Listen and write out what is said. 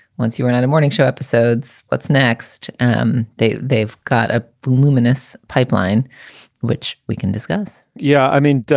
once you were and morning show episodes, what's next? um they've they've got a luminous pipeline which we can discuss yeah. i mean,